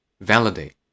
validate